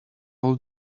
all